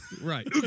Right